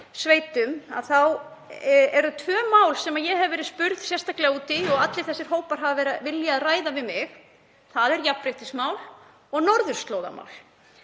sveitum, þá eru tvö mál sem ég hef verið spurð sérstaklega út í og allir þessir hópar hafa viljað ræða við mig. Það eru jafnréttismál og norðurslóðamál,